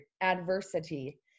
adversity